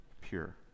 pure